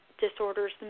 disorders